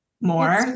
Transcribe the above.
more